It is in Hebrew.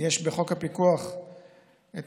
יש בחוק הפיקוח את